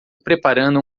preparando